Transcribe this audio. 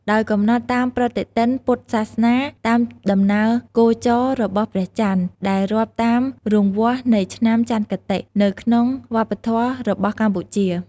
ដោយកំណត់តាមប្រតិទិនពុទ្ធសាសនាតាមដំណើរគោចររបស់ព្រះចន្ទ ដែលរាប់តាមរង្វាស់នៃឆ្នាំចន្ទគតិ នៅក្នុងវប្បធម៌របស់កម្ពុជា។